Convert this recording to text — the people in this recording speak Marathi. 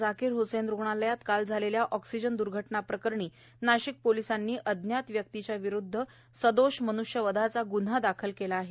झाकीर हसेन रुग्णालयात काल झालेल्या ऑक्सिजन द्र्घटना प्रकरणी नाशिक पोलिसांनी अज्ञात व्यक्तीविरुद्ध सदोष मन्ष्यवधाचा ग्न्हा दाखल केला आहे